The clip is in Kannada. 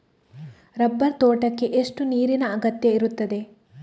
ರಬ್ಬರ್ ತೋಟಕ್ಕೆ ಎಷ್ಟು ನೀರಿನ ಅಗತ್ಯ ಇರುತ್ತದೆ?